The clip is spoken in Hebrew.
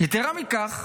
יתרה מזו,